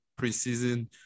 preseason